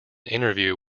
interview